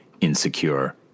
insecure